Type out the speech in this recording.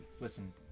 Listen